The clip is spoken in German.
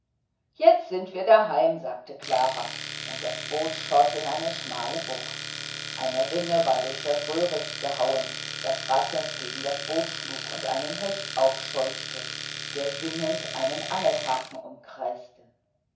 jetzt sind wir daheim sagte klara und das boot schoß in eine schmale bucht eine rinne war durch das röhricht gehauen das rasselnd gegen das boot schlug und einen hecht aufscheuchte der sinnend einen angelhaken umkreiste